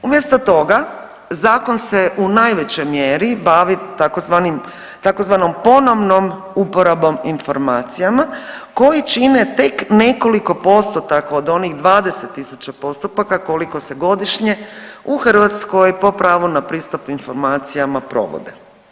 Umjesto toga zakon se u najvećoj mjeri bavi tzv. ponovnom uporabom informacijama koji čine tek nekoliko postotaka od onih 20.000 postupaka koliko se godišnje u Hrvatskoj po pravu na pristup informacijama provode.